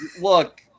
Look